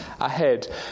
ahead